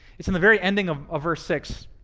it's in the very ending of ah verse six.